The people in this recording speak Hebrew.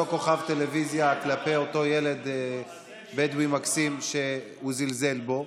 כוכב טלוויזיה כלפי אותו ילד בדואי מקסים שהוא זלזל בו.